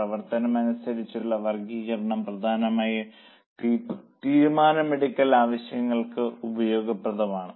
പരിവർത്തനം അനുസരിച്ചുള്ള വർഗ്ഗീകരണം പ്രധാനമായും തീരുമാനമെടുക്കൽ ആവശ്യങ്ങൾക്ക് ഉപയോഗപ്രദമാണ്